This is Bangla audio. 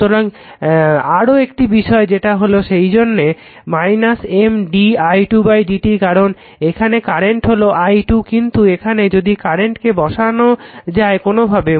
সুতরাং আরও একটি বিষয় যেটা হলো সেইজন্য M di2 dt কারণ এখানে কারেন্ট হলো i 2 কিন্তু এখানে যদি কারেন্টকে বসানো যায় কোনোভাবে